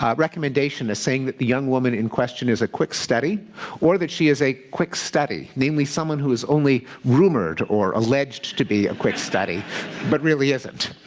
um recommendation as saying that the young woman in question is a quick study or that she is a quick study, namely someone who is only rumoured or alleged to be a quick study but really isn't.